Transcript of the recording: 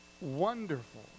wonderful